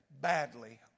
badly